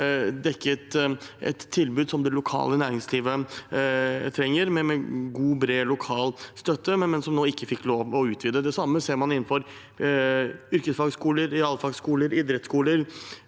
dekket et tilbud som det lokale næringslivet trengte, med god og bred lokal støtte, men som nå ikke får lov til å utvide. Det samme ser man innenfor yrkesfagskoler, realfagsskoler, idrettsskoler